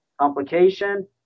complication